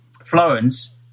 Florence